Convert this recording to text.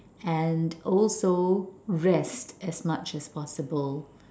and also rest as much as possible